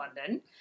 london